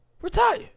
Retire